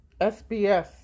SBS